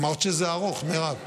אמרת שזה ארוך, מירב.